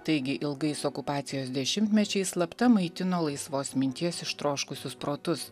taigi ilgais okupacijos dešimtmečiais slapta maitino laisvos minties ištroškusius protus